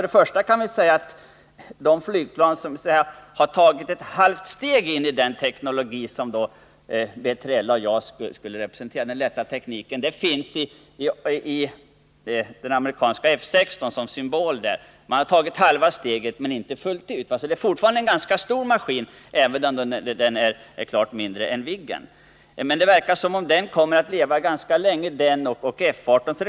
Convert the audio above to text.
Det flygplan som så att säga har tagit ett halvt steg in i den teknologi som B3LA och JAS representerar, dvs. den lätta tekniken, är det amerikanska planet F 16. Här har man alltså tagit ett halvt steg, men flygplanet är fortfarande ganska stort, även om det är betydligt mindre än Viggen. Det verkar emellertid som om F 16 och F 18 skulle komma att existera ganska länge.